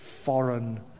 foreign